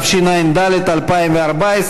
התשע"ד 2014,